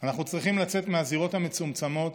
אנחנו צריכים לצאת מהזירות המצומצמות